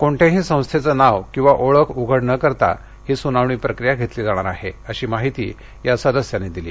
कोणत्याही संस्थेचे नाव किंवा ओळख उघड न करता सुनावणी प्रक्रिया घेतली जाणार आहे अशी माहिती या सदस्यांनी दिली